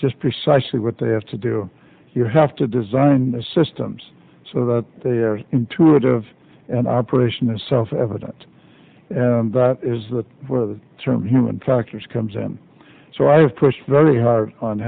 just precisely they have to do you have to design the systems so that the intuitive an operation is self evident and that is that where the term human factors comes in so i have pressed very hard on